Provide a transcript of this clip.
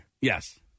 Yes